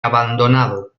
abandonado